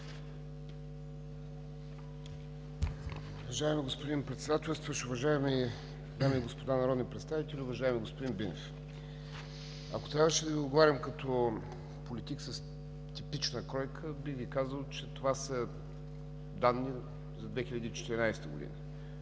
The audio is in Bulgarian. Уважаеми господин Председателстващ, уважаеми дами и господа народни представители, уважаеми господин Бинев! Ако трябваше да Ви отговарям като политик с типична кройка, бих Ви казал, че това са данни за 2014 г.,